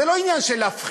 זה לא עניין של להפחיד,